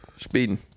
Speeding